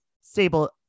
stable